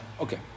Okay